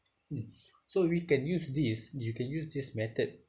mm so we can use these you can use this method